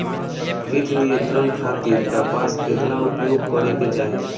कीट नियंत्रण खातिर कपास केतना उपयोग करे के चाहीं?